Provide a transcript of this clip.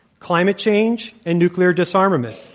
climate change, and nuclear disarmament.